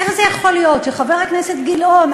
איך זה יכול להיות שחבר הכנסת גילאון,